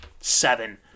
seven